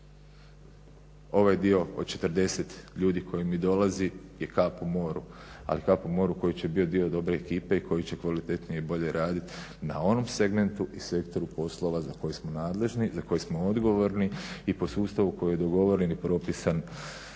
Ovaj dio od 40 ljudi koji mi dolazi je kap u moru ali kap u moru koji će biti dio dobre ekipe i koji će kvalitetnije i bolje raditi na onom segmentu i sektoru poslova za koji smo nadležni, za koji smo odgovorni i po sustavu koji je dogovoren i propisan